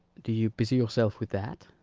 do you busy yourself with that?